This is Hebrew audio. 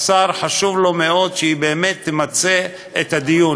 לשר חשוב מאוד שהיא באמת תמצה את הדיון.